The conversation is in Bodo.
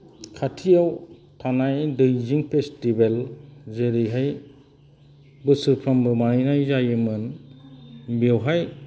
खाथियाव थानाय दैजिं फेस्तिभेल जेरैहाय बोसोरफ्रोमबो माहैनाय जायोमोन बेयावहाय